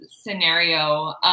scenario